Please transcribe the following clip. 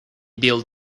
built